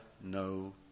no